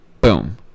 boom